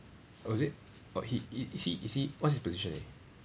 oh is it oh he is he is he what's his position